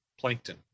plankton